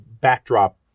backdrop